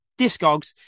Discogs